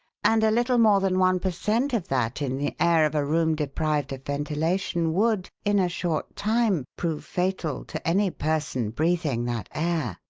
and a little more than one per cent. of that in the air of a room deprived of ventilation would, in a short time, prove fatal to any person breathing that air.